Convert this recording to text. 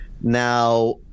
now